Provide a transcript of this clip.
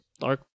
dark